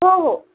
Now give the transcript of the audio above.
हो हो